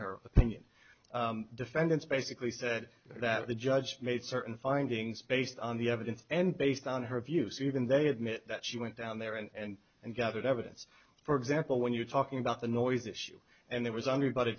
her opinion defendants basically said that the judge made certain findings based on the evidence and based on her views even they admit that she went down there and and gathered evidence for example when you're talking about the noise issue and it was on